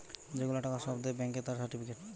যে গুলা টাকা সব দেয় ব্যাংকে তার সার্টিফিকেট